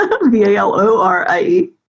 V-A-L-O-R-I-E